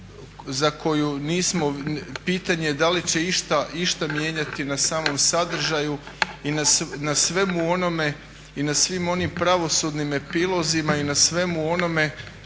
za koju nismo, pitanje je da li će išta mijenjati na samom sadržaju i na svemu onome i na svim onim pravosudnim epilozima i na svemu onome